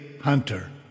hunter